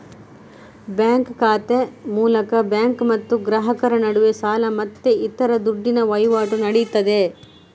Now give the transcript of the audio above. bank ಖಾತೆ ಮೂಲಕ bank ಮತ್ತು ಗ್ರಾಹಕರ ನಡುವೆ ಸಾಲ ಮತ್ತೆ ಇತರ ದುಡ್ಡಿನ ವೈವಾಟು ನಡೀತದೆ